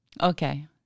Okay